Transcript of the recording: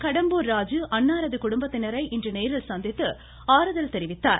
கடம்பூர் ராஜு அன்னாரது குடும்பத்தினரை இன்று நேரில் சந்தித்து ஆறுதல் தெரிவித்திருக்கிறார்